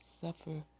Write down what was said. suffer